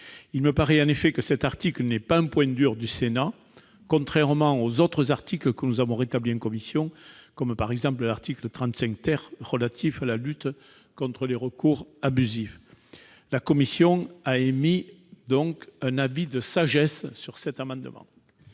Il m'apparaît en effet que cet article ne représente pas un point dur pour le Sénat, contrairement aux autres articles que nous avons rétablis en commission, par exemple l'article 35 , relatif à la lutte contre les recours abusifs. La commission a émis un avis de sagesse sur cet amendement.